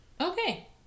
Okay